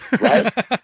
Right